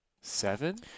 seven